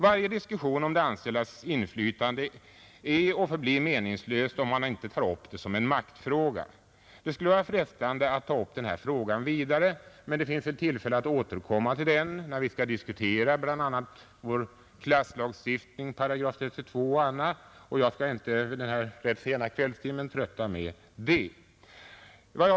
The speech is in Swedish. Varje diskussion om de anställdas inflytande är och förblir meningslös, om man inte tar upp det som en maktfråga. Det skulle vara frestande att ta upp frågan ytterligare, men det blir väl tillfälle att återkomma till den när vi skall diskutera vår klasslagstiftning, paragraf 32 och annat, och jag skall inte här vid denna sena kvällstimme trötta kammarens ledamöter med det.